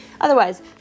Otherwise